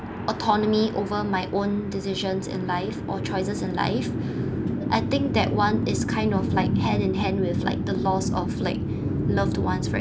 autonomy over my own decisions in life or choices in life I think that one is kind of like hand in hand with like the loss of like loved ones for